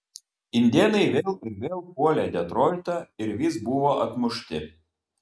indėnai vėl ir vėl puolė detroitą ir vis buvo atmušti